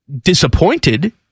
disappointed